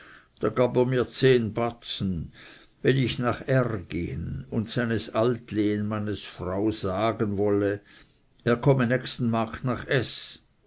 da gab er mir zehn batzen wenn ich nach r gehen und seines alt lehnmanns frau sagen wolle er komme nächsten markt nach s